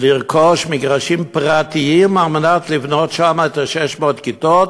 לרכוש מגרשים פרטיים כדי לבנות שם את 600 הכיתות,